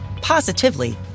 positively